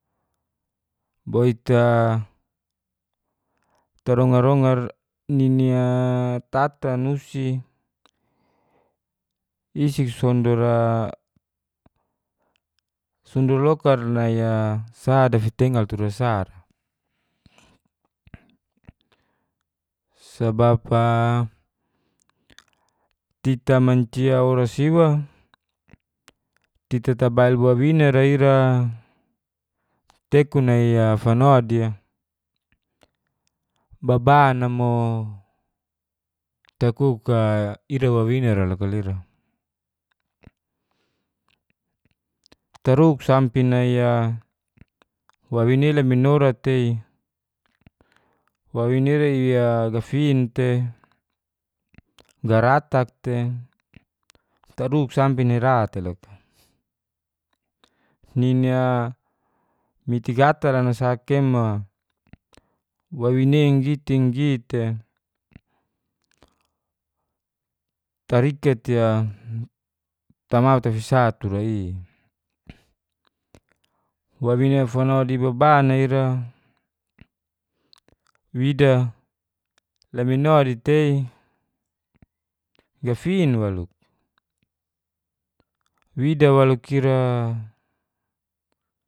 Boit a tarongar rongar nini a tata nusi isi sondor a sondor lokar a nai a sa dafitengal tura sa ra, sabab a tita mancia oras iwa, tita tabail wawina ra ira tekun nai a fano di baban a mooo takuk a ira wawina ra loka lira taruk sampe nai a wawina i la minora tei wawina i a gafin te garatak te taruk sampe nai ra teloka. nini a mitikatal a nasaka e mo wawina i nggi te nggi te tarikat i a ta mau tafisa tura i. wawina fano di baban a ira wida lamino di tei gafin waluk wida waluk ira